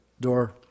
door